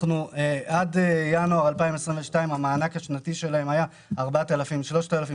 עד ינואר 2022 המענק השנתי שלהם היה 3,991,